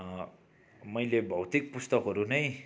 मैले भौतिक पुस्तकहरू नै